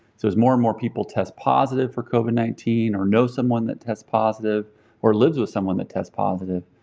so as more and more people test positive for covid nineteen or know someone that tests positive or lives with someone that tests positive,